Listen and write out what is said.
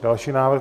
Další návrh.